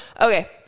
okay